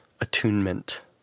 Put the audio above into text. Attunement